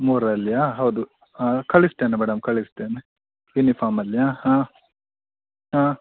ಮೂರಲ್ಲಿಯ ಹೌದು ಹಾಂ ಕಳಿಸ್ತೇನೆ ಮೇಡಮ್ ಕಳಿಸ್ತೇನೆ ಯುನಿಫಾಮಲ್ಲಿಯ ಹಾಂ ಹಾಂ